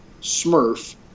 Smurf